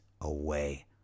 away